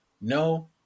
no